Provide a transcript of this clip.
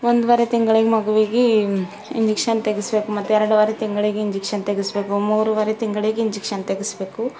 ಒಂದುವರೆ ತಿಂಗಳಿಗೆ ಮಗುವಿಗೆ ಇಂಜೆಕ್ಷನ್ ತೆಗೆಸ್ಬೇಕು ಮತ್ತೆರಡುವರೆ ತಿಂಗಳಿಗೆ ಇಂಜೆಕ್ಷನ್ ತೆಗೆಸ್ಬೇಕು ಮೂರುವರೆ ತಿಂಗಳಿಗೆ ಇಂಜೆಕ್ಷನ್ ತೆಗೆಸ್ಬೇಕು